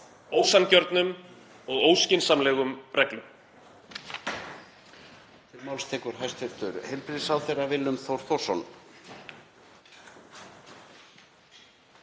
ósanngjörnum og óskynsamlegum reglum?